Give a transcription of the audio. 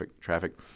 traffic